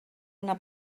una